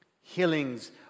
Healings